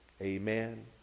Amen